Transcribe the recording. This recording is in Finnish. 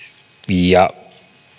ja